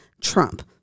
Trump